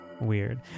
Weird